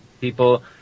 people